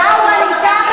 הצעה הומניטרית הבאת לנו.